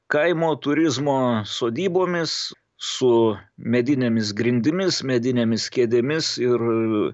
kaimo turizmo sodybomis su medinėmis grindimis medinėmis kėdėmis ir